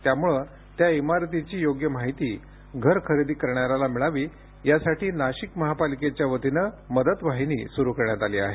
त्यामुळे त्या इमारतीची योग्य माहिती घर खरेदी करणाऱ्यास मिळावी यासाठी नाशिक महापालिकेच्या वतीने मदतवाहीनी सुरू करण्यात आली आहे